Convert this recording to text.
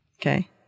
Okay